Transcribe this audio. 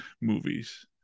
movies